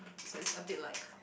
so it's a bit like